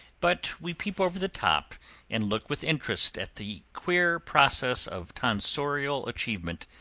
but we peep over the top and look with interest at the queer process of tonsorial achievement,